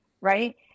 right